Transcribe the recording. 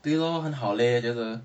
对 lor 很好 leh 就是